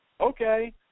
Okay